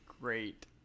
great